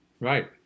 Right